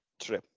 true